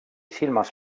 silmas